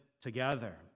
together